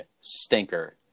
stinker